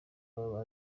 baba